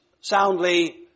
soundly